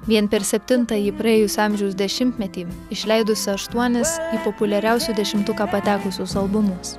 vien per septintąjį praėjusio amžiaus dešimtmetį išleidusi aštuonis į populiariausiųjų dešimtuką patekusius albumus